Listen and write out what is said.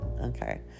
Okay